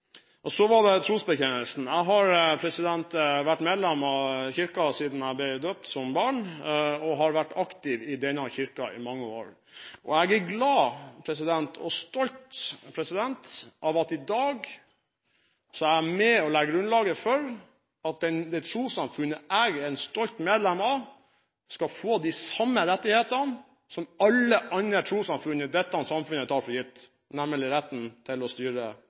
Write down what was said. Så var det trosbekjennelsen. Jeg har vært medlem av Kirken siden jeg ble døpt som barn, og har vært aktiv i denne kirken i mange år. Jeg er glad for og stolt av at jeg i dag er med og legger grunnlaget for at det trossamfunnet jeg er et stolt medlem av, skal få de samme rettighetene som alle andre trossamfunn i dette samfunnet tar for gitt, nemlig retten til å styre